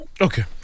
Okay